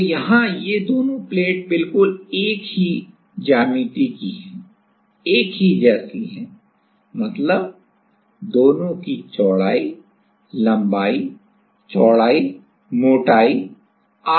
तो यहाँ ये दोनों प्लेट बिल्कुल एक ही ज्यामिति की हैं मतलब दोनों की चौड़ाई लंबाई चौड़ाई मोटाई आदि समान हैं